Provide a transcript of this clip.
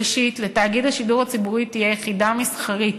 ראשית, לתאגיד השידור הציבורי תהיה יחידה מסחרית